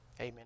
Amen